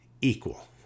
equal